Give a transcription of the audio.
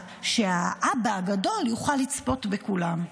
שהאבא הגדול יוכל לצפות בכולם,